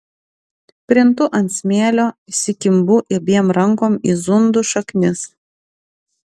krintu ant smėlio įsikimbu abiem rankom į zundų šaknis